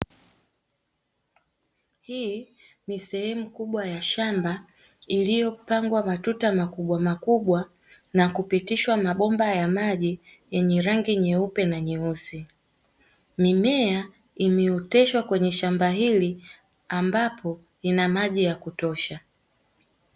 Hii ni sehemu kubwa ya shamba iliyopangwa matuta makubwa makubwa na kupitishwa mabomba ya maji yenye rangi nyeupe na nyeusi. Mimea imeoteshwa kwenye shamba hili, ambapo ina maji ya kutosha.